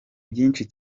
byinshi